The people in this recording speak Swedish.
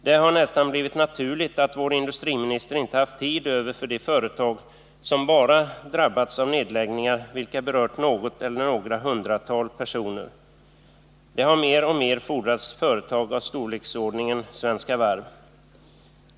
Det har nästan blivit naturligt att vår industriminister inte haft tid över för de företag som bara drabbas av nedläggningar vilka berört något eller några hundratal personer — det har mer och mer fordrats företag av storleksordningen Svenska Varv.